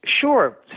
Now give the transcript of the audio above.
sure